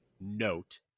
note